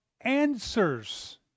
answers